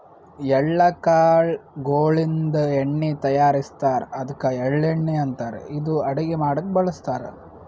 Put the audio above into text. ಎಳ್ಳ ಕಾಳ್ ಗೋಳಿನ್ದ ಎಣ್ಣಿ ತಯಾರಿಸ್ತಾರ್ ಅದ್ಕ ಎಳ್ಳಣ್ಣಿ ಅಂತಾರ್ ಇದು ಅಡಗಿ ಮಾಡಕ್ಕ್ ಬಳಸ್ತಾರ್